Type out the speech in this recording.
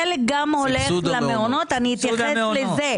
אתייחס לזה,